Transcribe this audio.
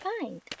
find